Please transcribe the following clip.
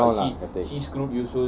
no lah